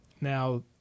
now